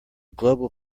global